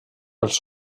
pels